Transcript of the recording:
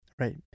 right